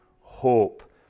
hope